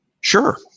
Sure